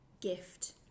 gift